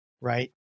Right